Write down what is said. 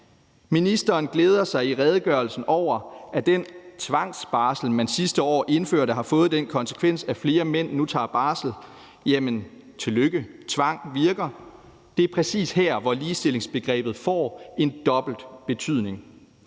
Ministeren glæder sig i redegørelsen over, at den tvangsbarsel, man sidste år indførte, har fået den konsekvens, at flere mænd nu tager barsel. Jamen tillykke med, at tvang virker! Det er præcis her, hvor ligestillingsbegrebet får en dobbelt betydning.